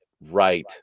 right